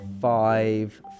five